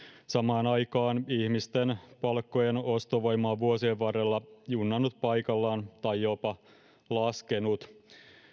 samaan aikaan ihmisten palkkojen ostovoima on vuosien varrella junnannut paikallaan tai jopa laskenut